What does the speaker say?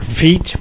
feet